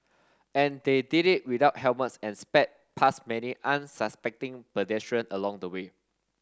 and they did it without helmets and sped past many unsuspecting pedestrian along the way